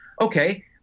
okay